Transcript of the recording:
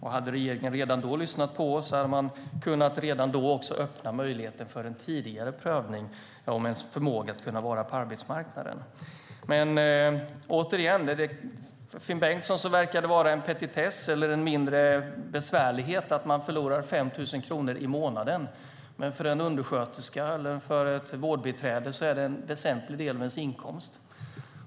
Hade regeringen redan då lyssnat på oss hade man redan då också kunnat öppna möjligheten för en tidigare prövning av förmågan att kunna vara på arbetsmarknaden. Återigen: För Finn Bengtsson verkar det vara en petitess eller en mindre besvärlighet att förlora 5 000 kronor i månaden. Men för en undersköterska eller ett vårdbiträde är det en väsentlig del av inkomsten.